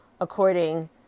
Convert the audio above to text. according